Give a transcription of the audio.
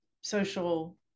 social